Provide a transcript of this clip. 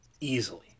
Easily